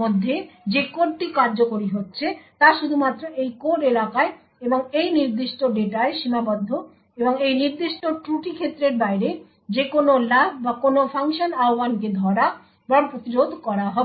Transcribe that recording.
মধ্যে যে কোডটি কার্যকরি হচ্ছে তা শুধুমাত্র এই কোড এলাকায় এবং এই নির্দিষ্ট ডেটায় সীমাবদ্ধ এবং এই নির্দিষ্ট ত্রুটি ক্ষেত্রের বাইরে যেকোনও লাফ বা কোনও ফাংশন আহ্বানকে ধরা বা প্রতিরোধ করা হবে